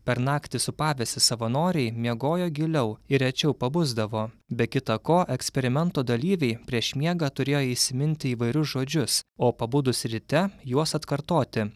per naktį sūpavęsi savanoriai miegojo giliau ir rečiau pabusdavo be kita ko eksperimento dalyviai prieš miegą turėjo įsiminti įvairius žodžius o pabudus ryte juos atkartoti